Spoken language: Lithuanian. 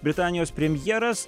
britanijos premjeras